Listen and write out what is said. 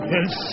Yes